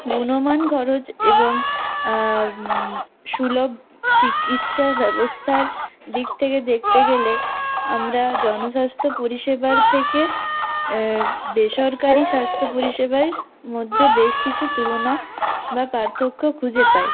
গুণমান খরচ এবং সুলভ চিকিৎসা ব্যবস্থার দিক থেকে দেখতে গেলে আমরা জনস্বাস্থ্য পরিষেবার থেকে বেসরকারি স্বাস্থ্য পরিষেবার মধ্যে বেশ কিছু তুলনা বা পার্থক্য খুঁজে পাই